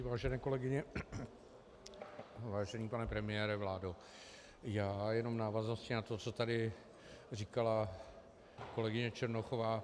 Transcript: Vážené kolegyně, vážený pane premiére, vládo, já jenom v návaznosti na to, co tady říkala kolegyně Černochová.